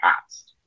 past